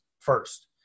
first